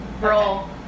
Roll